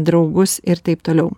draugus ir taip toliau